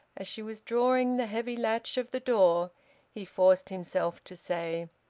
as she was drawing the heavy latch of the door he forced himself to say,